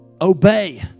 obey